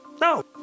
No